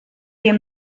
wir